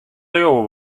leauwe